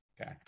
Okay